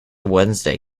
wednesday